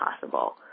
possible